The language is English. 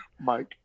Mike